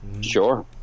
Sure